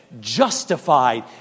justified